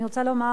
אני רוצה לומר,